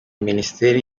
minisiteri